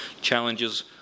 Challenges